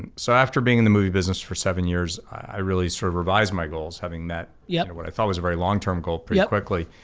and so after being in the movie business for seven years, i really sort of revised my goal, as having met yeah what i thought was a very long term goal pretty quickly,